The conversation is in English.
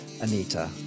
Anita